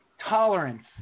tolerance